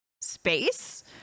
space